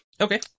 Okay